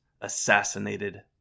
assassinated